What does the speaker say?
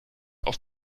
auf